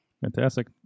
Fantastic